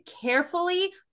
carefully